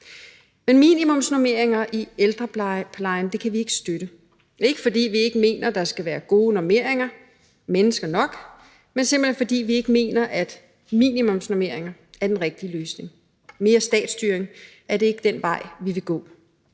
Men minimumsnormeringer i ældreplejen kan vi ikke støtte. Det er ikke, fordi vi ikke mener, der skal være gode normeringer, mennesker nok, men det er simpelt hen, fordi vi ikke mener, at minimumsnormeringer er den rigtige løsning. Mere statsstyring er ikke den vej, vi vil gå.